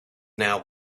now